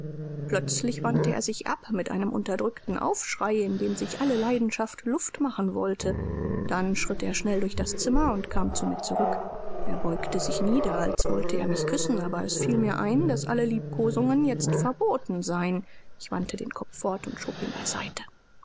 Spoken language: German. plötzlich wandte er sich ab mit einem unterdrückten aufschrei in dem sich alle leidenschaft luft machen wollte dann schritt er schnell durch das zimmer und kam zu mir zurück er beugte sich nieder als wollte er mich küssen aber es fiel mir ein daß alle liebkosungen jetzt verboten seien ich wandte den kopf fort und schob ihn beiseite